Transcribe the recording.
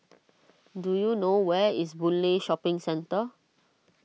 do you know where is Boon Lay Shopping Centre